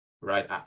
right